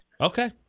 Okay